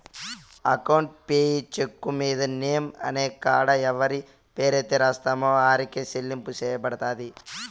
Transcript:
account payee cheque మీద name అనే కాడ ఎవరి పేరైతే రాస్తామో ఆరికే సెల్లింపు సెయ్యబడతది